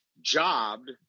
jobbed